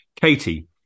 Katie